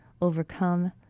overcome